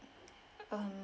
um